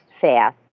fast